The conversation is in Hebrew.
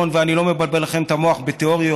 ואני לא מבלבל לכם את המוח בתיאוריות,